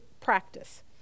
practice